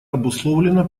обусловлена